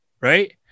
right